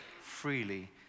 freely